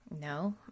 No